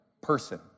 person